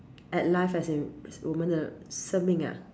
at life as in 我们的生命: wo men de sheng ming ah